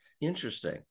interesting